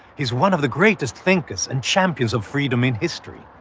he's one of the greatest thinkers and champions of freedom in history.